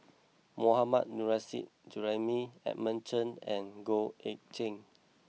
Mohammad Nurrasyid Juraimi Edmund Cheng and Goh Eck Kheng